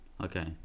Okay